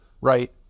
Right